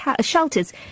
shelters